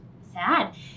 sad